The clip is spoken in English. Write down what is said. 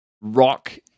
Rock